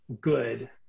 good